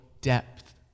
depth